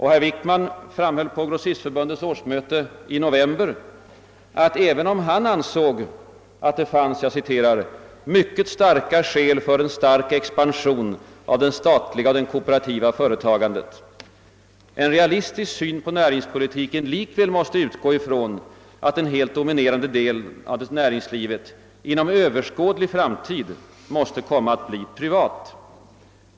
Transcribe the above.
Herr Wickman framhöll på Grossistförbundets års möte i november att även om han ansåg att det fanns >mycket starka skäl för en stark expansion av det statliga och det kooperativa företagandet», en realistisk syn på näringspolitiken likväl måste utgå ifrån att den helt dominerande delen av näringslivet inom överskådlig framtid måste komma att förbli privat.